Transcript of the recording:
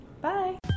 Bye